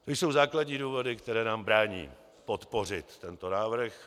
To jsou základní důvody, které nám brání podpořit tento návrh.